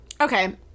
Okay